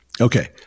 Okay